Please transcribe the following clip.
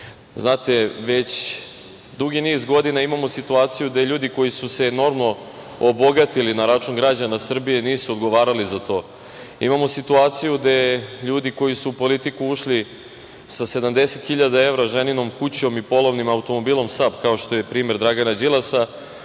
Srbije. Već dugi niz godina imamo situaciju gde ljudi koji su se enormno obogatili na račun građana Srbije nisu odgovarali za to. Imamo situaciju gde ljudi koji su u politiku ušli sa 70.000 evra, ženinom kućom i polovnim automobilom „Saab“, kao što je primer Dragana Đilasa,